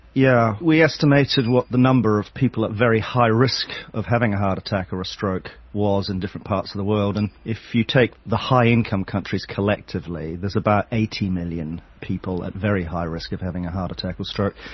yeah we estimated what the number of people at very high risk of having a heart attack or a stroke was in different parts of the world, and if you take the high income countries collectively, there is about eighty million people at very high risk of having a heart attack or stroke.